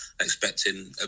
Expecting